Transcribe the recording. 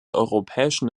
europäischen